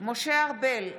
משה ארבל,